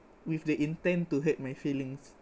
with the intent to hurt my feelings